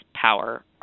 power